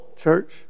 church